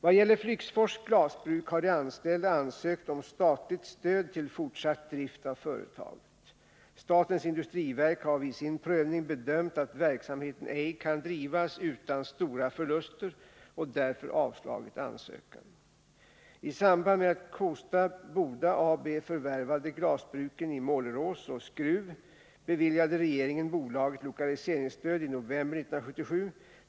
Vad gäller Flygsfors Glasbruk har de anställda ansökt om statligt stöd till fortsatt drift av företaget. Statens industriverk har vid sin prövning bedömt att verksamheten ej kan drivas utan stora förluster och därför avslagit ansökan. I samband med att Kosta Boda AB förvärvade glasbruken i Målerås och Skruv beviljade regeringen bolaget lokaliseringsstöd i november 1977.